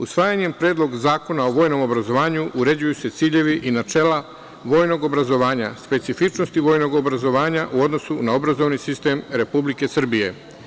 Usvajanjem Predloga zakona o vojnom obrazovanju uređuju se ciljevi i načela vojnog obrazovanja, specifičnosti vojnog obrazovanja u odnosu na obrazovni sistem Republike Srbije.